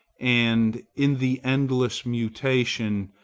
and, in the endless mutation,